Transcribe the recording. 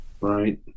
Right